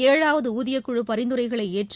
ஏழாவது ஊதியக்குழு பரிந்துரைகளை ஏற்று